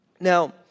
Now